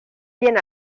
bien